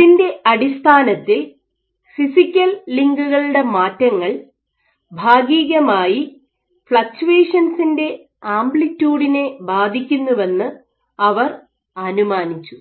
ഇതിൻ്റെ അടിസ്ഥാനത്തിൽ ഫിസിക്കൽ ലിങ്കുകളുടെ മാറ്റങ്ങൾ ഭാഗികമായി ഫ്ളക്ച്ചുവേഷൻസിൻ്റെ ആംപ്ലിറ്റിയൂഡിനെ ബാധിക്കുന്നുവെന്ന് അവർ അനുമാനിച്ചു